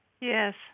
Yes